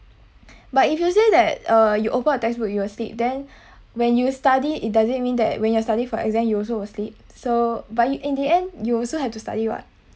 but if you say that uh you open a textbook you will sleep then when you study it does it mean that when you're studying for exams you also will sleep so but you in the end you also have to study what